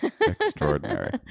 extraordinary